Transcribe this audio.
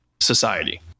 society